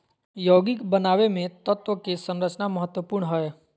यौगिक बनावे मे तत्व के संरचना महत्वपूर्ण हय